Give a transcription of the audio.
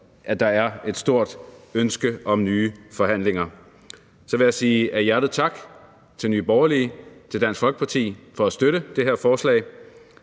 at der er et stort ønske om nye forhandlinger. Så vil jeg sige af hjertet tak til Nye Borgerlige og Dansk Folkeparti for at støtte det her forslag.